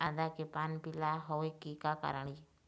आदा के पान पिला होय के का कारण ये?